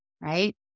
right